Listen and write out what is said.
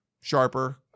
sharper